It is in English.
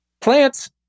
plants